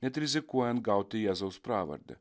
net rizikuojant gauti jėzaus pravardę